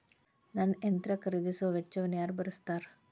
ನನ್ನ ಯಂತ್ರ ಖರೇದಿಸುವ ವೆಚ್ಚವನ್ನು ಯಾರ ಭರ್ಸತಾರ್?